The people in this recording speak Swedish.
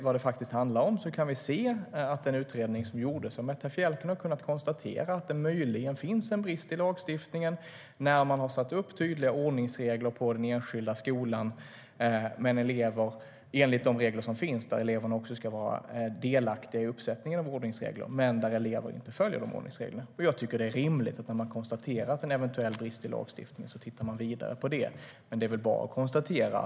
Vad det faktiskt handlade om var att den utredning som gjordes av Metta Fjellner konstaterade att det möjligen fanns en brist i lagstiftningen när det hade införts tydliga ordningsregler på den enskilda skolan - där eleverna också ska vara delaktiga i införandet av ordningsregler - men där eleverna inte följde dessa regler. Jag tycker att det är rimligt att konstatera att man tittare vidare på om det finns en eventuell brist i lagstiftningen.